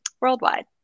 worldwide